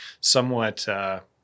somewhat